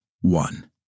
One